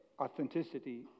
Authenticity